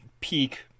peak